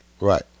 Right